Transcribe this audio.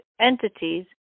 entities